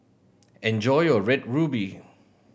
enjoy your Red Ruby